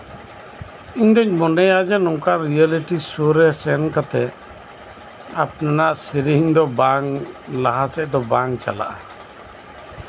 ᱤᱧ ᱫᱩᱧ ᱢᱚᱱᱮᱭᱟ ᱱᱚᱝᱠᱟᱱ ᱨᱤᱭᱮᱞᱤᱴᱤ ᱥᱳ ᱨᱮ ᱥᱮᱱ ᱠᱟᱛᱮ ᱟᱯᱱᱟᱨ ᱥᱤᱨᱤᱧ ᱫᱚ ᱵᱟᱝ ᱞᱟᱦᱟ ᱥᱮᱡ ᱫᱚ ᱵᱟᱝ ᱪᱟᱞᱟᱜᱼᱟ